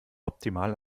optimal